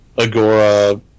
Agora